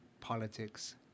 politics